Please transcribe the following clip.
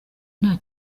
nta